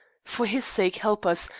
for his sake, help us,